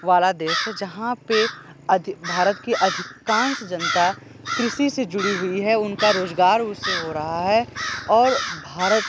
वाला देश है जहाँ पे अधिक भारत के अधिकांश जनता कृषि से जुड़ी हुई है उनका रोजगार उससे हो रहा है और भारत